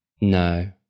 no